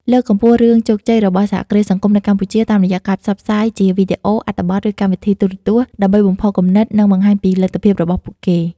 លើកកម្ពស់រឿងជោគជ័យ របស់សហគ្រាសសង្គមនៅកម្ពុជា តាមរយៈការផ្សព្វផ្សាយជាវីដេអូ អត្ថបទ ឬកម្មវិធីទូរទស្សន៍ ដើម្បីបំផុសគំនិត និងបង្ហាញពីលទ្ធភាពរបស់ពួកគេ ។